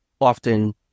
often